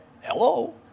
hello